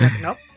Nope